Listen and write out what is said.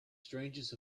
strangest